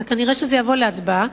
וכנראה שזה יבוא להצבעה,